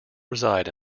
reside